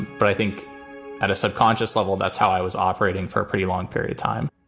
but i think at a subconscious level, that's how i was operating for a pretty long period time